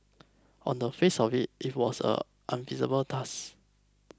on the face of it it was a unenviable task